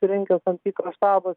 bus susirinkęs tam tikras štabas